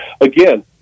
again